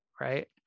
Right